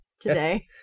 today